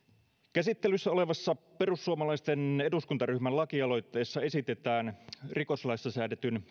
käsittelyssä olevassa perussuomalaisten eduskuntaryhmän lakialoitteessa esitetään rikoslaissa säädetyn